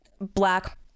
black